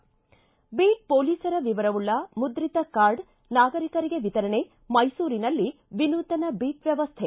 ಿಗೆ beat ಪೊಲೀಸರ ವಿವರವುಳ್ಳ ಮುದ್ರಿತ ಕಾರ್ಡ ನಾಗರಿಕರಿಗೆ ವಿತರಣೆ ಮೈಸೂರಿನಲ್ಲಿ ವಿನೂತನ ಬೀಟ್ ವ್ಯವಸ್ಥೆ